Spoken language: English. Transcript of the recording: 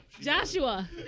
Joshua